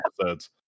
episodes